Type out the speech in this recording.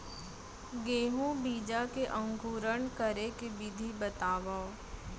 गेहूँ बीजा के अंकुरण करे के विधि बतावव?